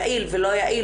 האם זה יעיל או לא יעיל,